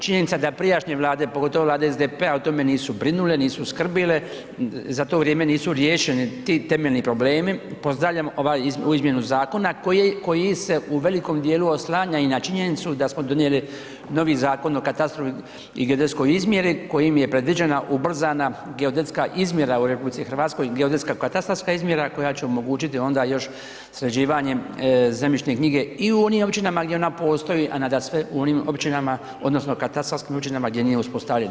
Činjenica da prijašnje Vlade, pogotovo Vlade SDP-a o tome nisu brinule, nisu skrbile, za to vrijeme nisu riješeni ti temeljni problemi, pozdravljam ovu izmjenu zakona koji se u velikom dijelu oslanja i na činjenicu da smo donijeli novi Zakon o katastru i geodetskoj izmjeri kojim je predviđena ubrzana geodetska izmjera u RH i geodetska i katastarska izmjera koja će omogućiti onda još sređivanje zemljišne knjige i u onim općinama gdje ona postoji, a nadasve u onim općinama odnosno katarskim općinama gdje nije uspostavljena.